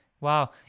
Wow